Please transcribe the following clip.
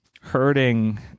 hurting